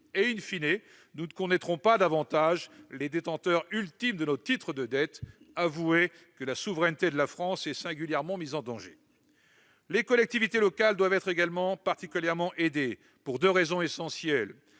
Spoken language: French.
et nous ne connaîtrons pas davantage les détenteurs ultimes de nos titres de dette. Avouez que la souveraineté de la France est singulièrement mise en danger ! Les collectivités locales doivent être également particulièrement aidées, pour deux raisons essentielles